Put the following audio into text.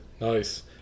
Nice